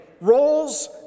roles